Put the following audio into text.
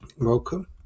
Welcome